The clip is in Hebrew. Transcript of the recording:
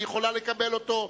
היא יכולה לקבל אותו,